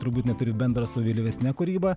turbūt neturi bendra su vėlyvesne kūryba